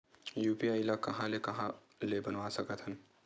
UPI ल कहां ले कहां ले बनवा सकत हन?